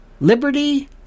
liberty